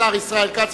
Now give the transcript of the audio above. השר ישראל כץ.